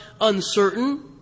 uncertain